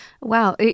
Wow